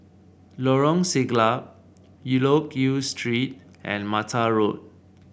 Lorong Siglap Loke Yew Street and Mata Road